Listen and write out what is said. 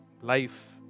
life